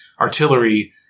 artillery